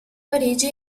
parigi